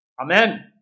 Amen